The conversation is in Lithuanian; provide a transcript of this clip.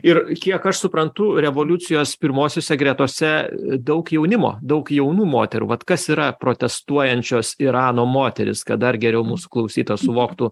ir kiek aš suprantu revoliucijos pirmosiose gretose daug jaunimo daug jaunų moterų vat kas yra protestuojančios irano moterys kad dar geriau mūsų klausytojas suvoktų